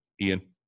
Ian